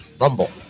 Rumble